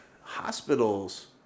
hospitals